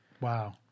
Wow